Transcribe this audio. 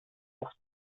oft